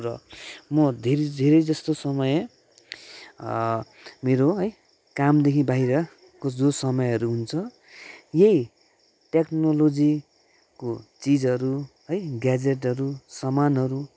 र म धेर धेरै जस्तो समय मेरो है कामदेखि बाहिरको जो समयहरू हुन्छ यही टेक्नोलोजीको चिजहरू है ग्याजेटहरू सामानहरू